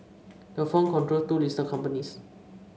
the firm controls two listed companies